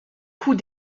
coup